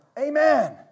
Amen